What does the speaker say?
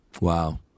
Wow